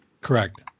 Correct